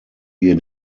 wir